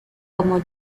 como